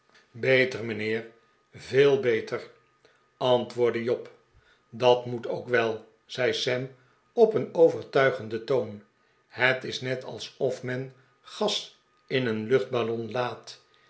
beter mijnheer veel beter antwoordde job dat moet ook wel zei sam op een overtuigenden toon het is net alsof men gas in een luchtballon laat